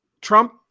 trump